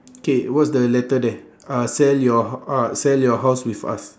K what's the letter there uh sell your h~ uh sell your house with us